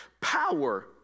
power